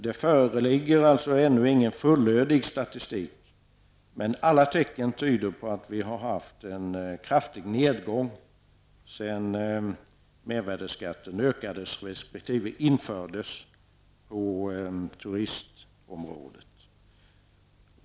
Det föreligger alltså ännu ingen fullödig statistik, men alla tecken tyder på att vi har haft en kraftig nedgång sedan mervärdeskatten ökades resp. infördes på turistområdet.